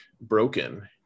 broken